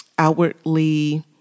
Outwardly